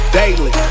daily